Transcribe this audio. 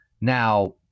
Now